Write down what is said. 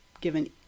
given